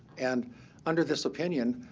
and under this opinion,